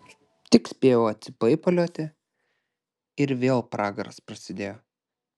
tik spėjau atsipaipalioti ir vėl pragaras prasidėjo